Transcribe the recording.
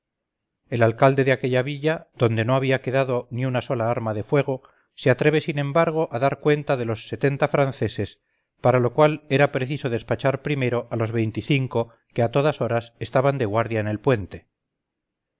el alcalde de aquella villa donde no había quedado ni una sola arma de fuego se atreve sin embargo a dar cuenta de los setenta franceses para lo cual era preciso despachar primero a los veinticinco que a todas horas estaban de guardia en el puente